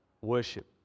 worship